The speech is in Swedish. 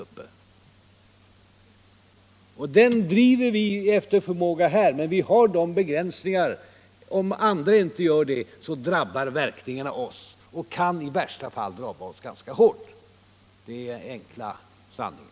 Och den politiken driver vi efter förmåga här i landet, men det finns den begränsningen att om andra inte gör det, så drabbar verkningarna oss. Och de kan i värsta fall drabba oss ganska hårt. Det är den enkla sanningen.